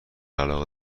علاقه